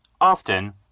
Often